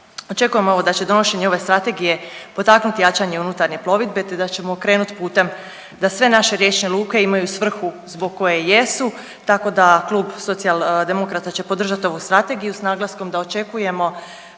Očekujem evo, da će donošenje ove Strategije potaknuti jačanje unutarnje plovidbe te da ćemo krenuti putem da sve naše riječne luke imaju svrhu zbog koje jesu, tako da Klub socijaldemokrata će podržati ovu Strategiju s naglaskom da očekujemo